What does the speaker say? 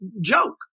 joke